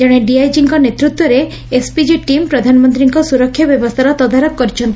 କଣେ ଡିଆଇଜିଙ୍ ନେତୂତ୍ୱରେ ଏସ୍ପିଳି ଟିମ୍ ପ୍ରଧାନମନ୍ତୀଙ୍କ ସୁରକ୍ଷା ବ୍ୟବସ୍ବାର ତଦାରଖ କରିଛନ୍ତି